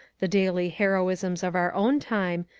the daily heroisms of our own time,